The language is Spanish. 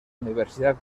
universidad